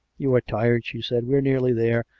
you are tired, she said we are nearly there.